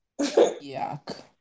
yuck